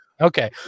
okay